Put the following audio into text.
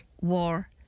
war